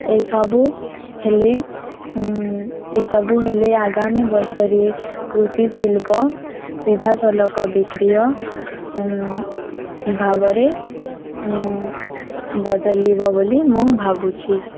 ଏସବୁ ହେଲେ ଏସବୁ ହେଲେ ଆଗାମୀ ବର୍ଷରେ କୃଷି ଶିଳ୍ପ ସିଧାସଳଖ ବିକ୍ରୟଭାବରେ ବଦଳିବ ବୋଲି ମୁଁ ଭାବୁଛି